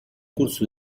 corso